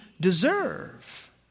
deserve